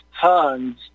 tons